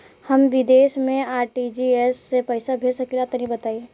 हम विदेस मे आर.टी.जी.एस से पईसा भेज सकिला तनि बताई?